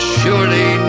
surely